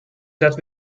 that